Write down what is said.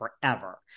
forever